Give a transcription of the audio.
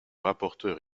rapporteur